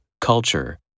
Culture